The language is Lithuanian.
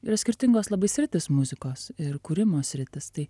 yra skirtingos labai sritys muzikos ir kūrimo sritys tai